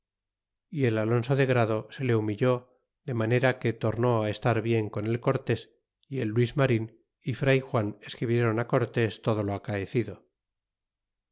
y el aloaso de grado se le humilló de manera que tornó estar bien con el cortés y el luis marin y fr juan escribieron cortés todo lo acaecido